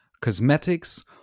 cosmetics